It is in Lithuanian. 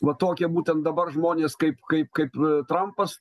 va tokie būtent dabar žmonės kaip kaip kaip trampas